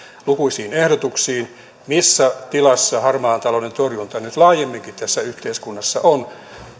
lukuisiin ehdotuksiimme missä tilassa harmaan talouden torjunta nyt laajemminkin tässä yhteiskunnassa on